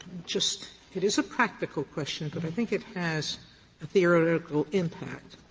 just it is a practical question, but i think it has theoretical impact.